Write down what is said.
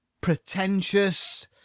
pretentious